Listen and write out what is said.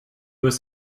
was